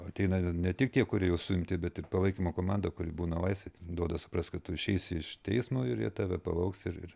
ateina ne tik tie kurie jau suimti bet ir palaikymo komanda kuri būna laisvėj duoda suprast kad tu išeisi iš teismo ir jie tave palauks ir ir